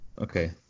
Okay